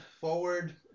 forward